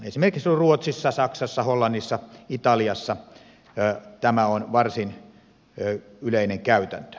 esimerkiksi ruotsissa saksassa hollannissa ja italiassa tämä on varsin yleinen käytäntö